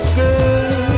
good